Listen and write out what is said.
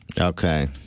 okay